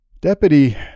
Deputy